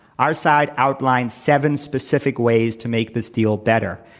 our side outlined seven specific ways to make this deal better.